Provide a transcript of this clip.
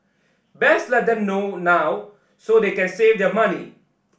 best let them know now so they can save their money